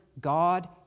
God